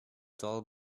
dull